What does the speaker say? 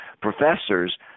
professors